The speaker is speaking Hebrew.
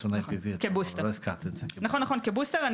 IPV. כבוסטר.